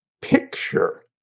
picture